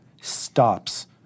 stops